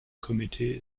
komitee